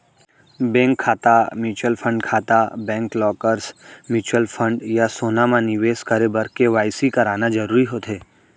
bank खाता, mutual fund खाता, bank lockers, mutual fund या सोना म निवेस करे बर के.वाई.सी कराना जरूरी होथे